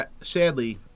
sadly